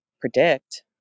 predict